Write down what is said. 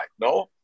no